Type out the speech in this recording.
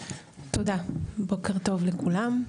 בוקר טוב לכולם.